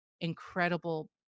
incredible